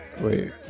Wait